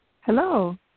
Hello